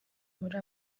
muri